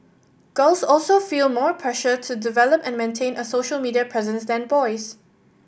girls also feel more pressure to develop and maintain a social media presence than boys